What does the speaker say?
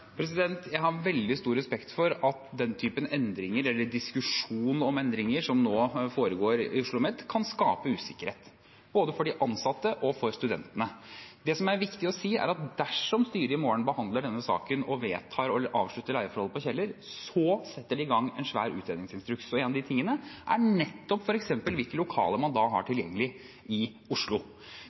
Jeg har veldig stor respekt for at den typen endringer – eller diskusjon om endringer – som nå foregår i OsloMet, kan skape usikkerhet både for de ansatte og for studentene. Det som er viktig å si, er at dersom styret i morgen, når de behandler denne saken, vedtar å avslutte leieforholdet på Kjeller, setter de i gang en svær utredningsinstruks. Et av spørsmålene er nettopp f.eks. hvilke lokaler man da har tilgjengelig i Oslo.